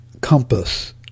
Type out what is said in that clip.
compass